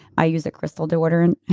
i use a crystal deodorant.